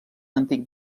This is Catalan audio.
antic